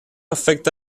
afecta